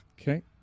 Okay